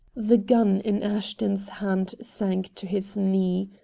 the gun in ashton's hand sank to his knee.